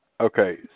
Okay